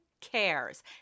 cares